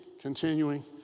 continuing